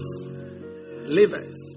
livers